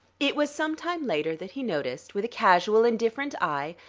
it was some time later that he noticed, with a casual, indifferent eye,